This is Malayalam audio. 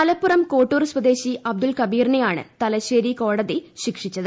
മലപ്പുറം കോട്ടൂർ സ്വദേശി അബ്ദുൾ കബീറിനെയാണ് തലശ്ശേരി കോടതി ശിക്ഷിച്ച ത്